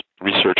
research